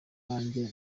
nanjye